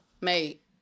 mate